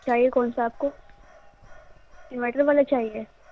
چاہیے کون سا آپ کو انورٹر والا چاہیے